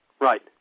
Right